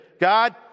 God